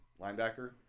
linebacker